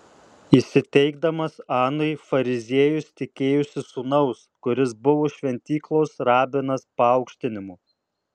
įsiteikdamas anui fariziejus tikėjosi sūnaus kuris buvo šventyklos rabinas paaukštinimo